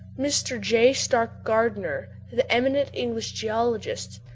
mr. j. starke gardner, the eminent english geologist,